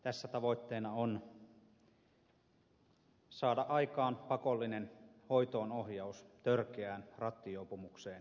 tässä tavoitteena on saada aikaan pakollinen hoitoonohjaus törkeään rattijuopumukseen syyllistyneille